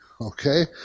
okay